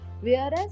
Whereas